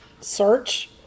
search